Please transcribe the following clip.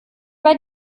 bei